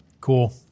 Cool